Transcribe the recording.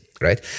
Right